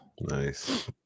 Nice